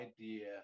idea